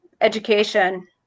education